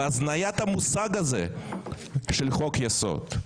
בהזניית המושג הזה של חוק יסוד.